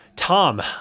Tom